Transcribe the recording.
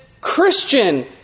Christian